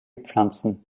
pflanzen